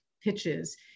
pitches